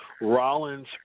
Rollins